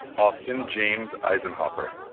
austin james eisenhower